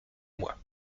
moi